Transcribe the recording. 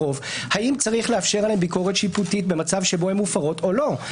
הרוב האם צריך לאפשר עליהן ביקורת שיפוטית במצב שהן מופרות או לא?